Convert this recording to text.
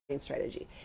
strategy